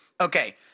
Okay